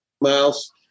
Miles